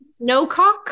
snowcock